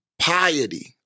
piety